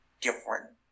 different